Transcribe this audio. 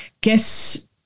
guess –